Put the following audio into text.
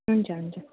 हुन्छ हुन्छ